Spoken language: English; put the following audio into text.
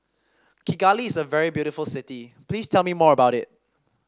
Kigali is a very beautiful city Please tell me more about it